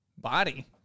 body